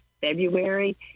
February